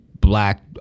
black